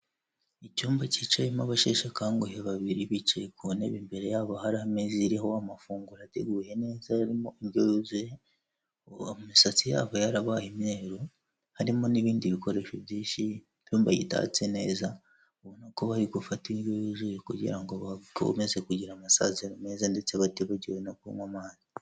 Icyumba cyicayemo abasheshe akanguhe babiri bicaye ku ntebe imbere yabo hari ameza iriho amafunguro ateguye neza yarimo indyo yuzuye, imisatsi yabo yarabaye imyeru, harimo n'ibindi bikoresho byinshi, icyumba gitatse neza ubona ko bari gufata indyo yuzuye kugira ngo bakomeze kugira amasaziro meza ndetse batibagiwe no kunywa amazi.